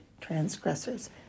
transgressors